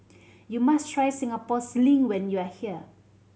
you must try Singapore Sling when you are here